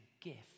gift